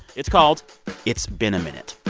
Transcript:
it's called it's been a minute.